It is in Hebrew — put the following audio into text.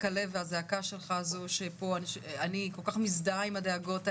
הלב והזעקה שלך שאני כל כך מזדהה עם הדאגות האלה.